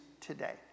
today